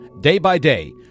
day-by-day